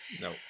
No